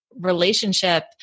relationship